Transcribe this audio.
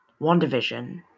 WandaVision